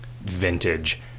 vintage